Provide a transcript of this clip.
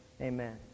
Amen